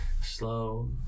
slow